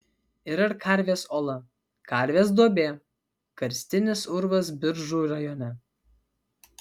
yra ir karvės ola karvės duobė karstinis urvas biržų rajone